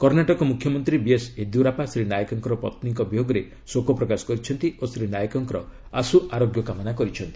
କର୍ଷ୍ଣାଟକ ମ୍ରଖ୍ୟମନ୍ତ୍ରୀ ବିଏସ୍ ୟେଦିୟରାପ୍ସା ଶ୍ରୀ ନାଏକଙ୍କ ପତ୍ନୀଙ୍କ ବିୟୋଗରେ ଶୋକପ୍ରକାଶ କରିଛନ୍ତି ଓ ଶ୍ରୀ ନାଏକଙ୍କର ଆଶୁ ଆରୋଗ୍ୟ କାମନା କରିଛନ୍ତି